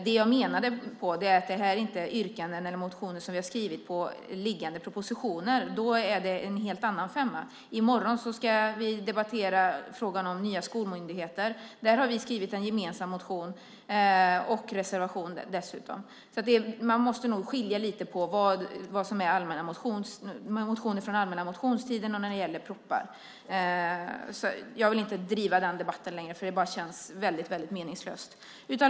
Det jag menade var att det inte är yrkanden eller motioner som vi skrivit på liggande propositioner, för då är det en helt annan femma. I morgon ska vi debattera frågan om nya skolmyndigheter, och där har vi skrivit en gemensam motion och dessutom en reservation. Man måste nog skilja lite på motioner från allmänna motionstiden och motioner med anledning av propositioner. Jag vill inte driva den debatten längre, för det känns bara väldigt meningslöst.